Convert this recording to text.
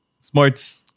smarts